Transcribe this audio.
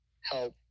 help